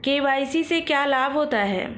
KYC से क्या लाभ होता है?